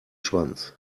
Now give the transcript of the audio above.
schwanz